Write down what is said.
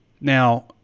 Now